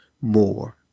more